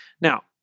Now